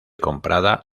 comprada